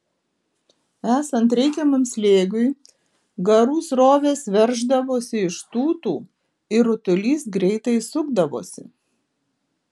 esant reikiamam slėgiui garų srovės verždavosi iš tūtų ir rutulys greitai sukdavosi